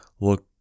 look